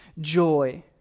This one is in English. joy